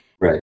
Right